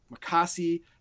Makasi